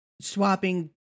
swapping